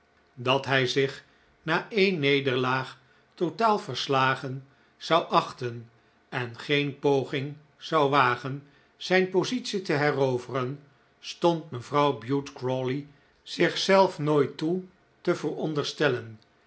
dat hij zich na een nederlaag totaal verslagen zou achten en geen poging zou wagen zijn positie te heroveren stond mevrouw bute crawley zichzelf nooit toe te veronderstellen